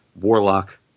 Warlock